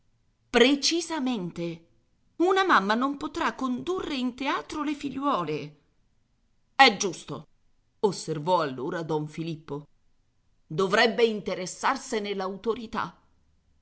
precisamente una mamma non potrà condurre in teatro le figliuole è giusto osservò allora don filippo dovrebbe interessarsene l'autorità